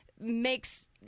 makes